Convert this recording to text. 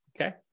Okay